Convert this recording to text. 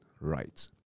right